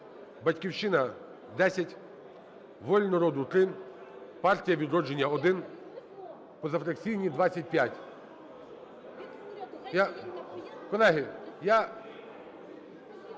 "Батьківщина" – 10, "Воля народу" – 3, "Партія "Відродження" – 1, позафракційні – 25.